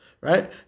right